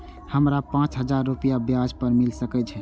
हमरा पाँच हजार रुपया ब्याज पर मिल सके छे?